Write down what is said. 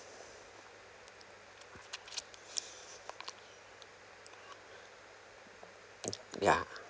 yeah